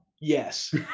yes